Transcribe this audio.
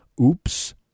Oops